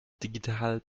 digital